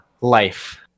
life